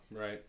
Right